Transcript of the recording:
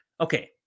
Okay